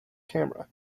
camera